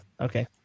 Okay